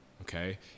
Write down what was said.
Okay